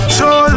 Show